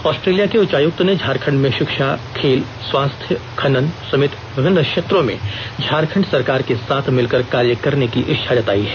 Australia के उच्चायुक्त ने झारखंड में शिक्षा खेल स्वास्थ्य खनन समेत विभिन्न क्षेत्रों में झारखंड सरकार के साथ मिलकर कार्य करने की इच्छा जतायी है